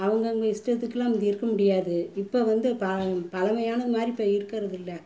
அவங்கவங்க இஷ்டத்துக்குலாம் அங்கே இருக்க முடியாது இப்போ வந்து ப பழமையான மாதிரி இப்போ இருக்கிறது இல்லை